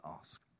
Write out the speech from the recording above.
ask